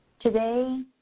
Today